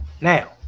Now